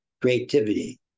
creativity